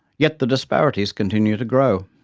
yet the disparities continue to grow.